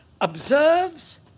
observes